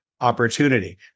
opportunity